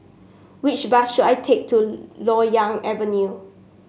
which bus should I take to Loyang Avenue